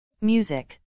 music